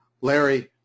Larry